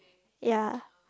ya